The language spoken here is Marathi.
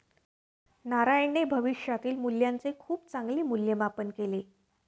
नारायणने भविष्यातील मूल्याचे खूप चांगले मूल्यमापन केले